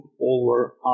over